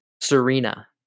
Serena